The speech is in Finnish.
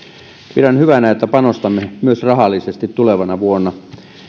pidän hyvänä että panostamme myös rahallisesti tulevana vuonna